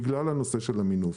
בגלל הנושא של המינוף.